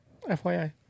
FYI